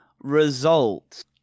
result